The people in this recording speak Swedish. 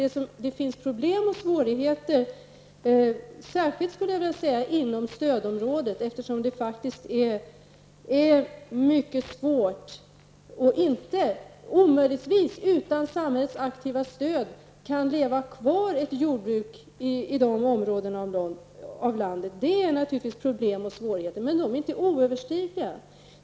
Det finns problem och svårigheter, särskilt, skulle jag vilja säga, inom stödområdet, eftersom det faktiskt inte utan samhällets aktiva stöd kan leva kvar ett jordbruk i de områdena av landet. Det är naturligtvis problem och svårigheter, men de är inte oöverstigliga.